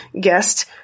guest